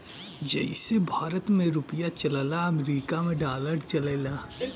जइसे भारत मे रुपिया चलला अमरीका मे डॉलर चलेला